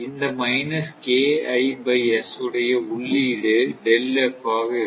இந்த உடைய உள்ளீடு ஆக இருக்கும்